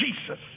Jesus